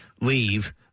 leave